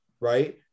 right